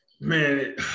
man